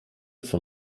von